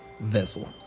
vessel